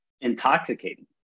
intoxicating